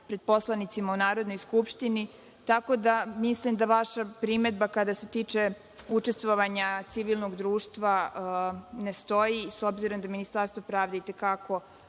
pre poslanicima u Narodnoj skupštini. Tako da mislim da vaša primedba, koja se tiče učestvovanja civilnog društva ne stoji, s obzirom da Ministarstvo pravde i te kako